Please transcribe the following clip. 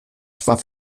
zwar